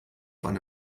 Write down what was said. eine